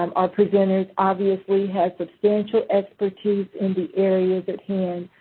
um our presenters, obviously, had substantial expertise in the areas at hand,